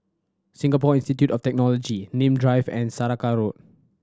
Singapore Institute of Technology Nim Drive and Saraca Road